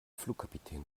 flugkapitän